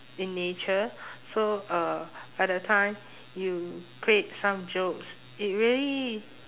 in nature so uh by the time you create some jokes it really